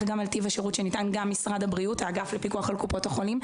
גם על טיב השירות שניתן וגם האגף לפיקוח על קופות החולים,